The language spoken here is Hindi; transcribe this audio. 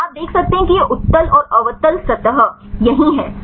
आप देख सकते हैं कि यह उत्तल और अवतल सतह यहीं है